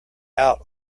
out